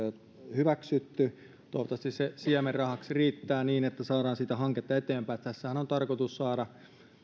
hyväksytty toivottavasti se siemenrahaksi riittää niin että saadaan sitä hanketta eteenpäin tässähän on tarkoitus saada